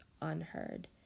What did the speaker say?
unheard